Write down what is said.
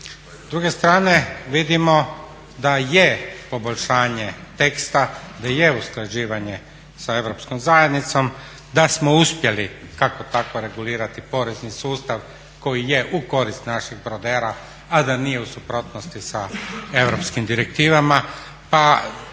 druge strane vidimo da je poboljšanje teksta, da je usklađivanje sa europskom zajednicom, da smo uspjeli kako tako regulirati porezni sustav koji je u korist naših brodara a da nije u suprotnosti sa europskim direktivama